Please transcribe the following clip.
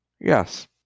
yes